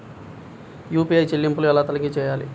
UPI చెల్లింపులు ఎలా తనిఖీ చేయాలి?